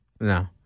No